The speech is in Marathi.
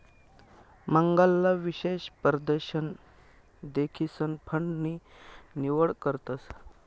मांगला निवेश परदशन देखीसन फंड नी निवड करतस